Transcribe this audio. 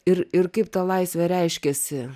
ir ir kaip ta laisvė reiškiasi